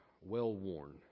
well-worn